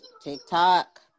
TikTok